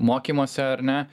mokymuose ar ne